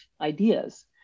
ideas